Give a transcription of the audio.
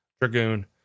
Dragoon